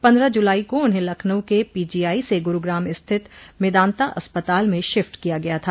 पन्द्रह जुलाई को उन्हें लखनऊ के पीजीआई से गुरूग्राम स्थित मेदांता अस्पताल में शिफ्ट किया गया था